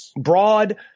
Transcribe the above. broad